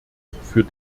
für